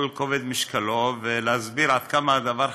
כובד משקלו ולהסביר עד כמה הדבר חשוב,